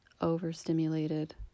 overstimulated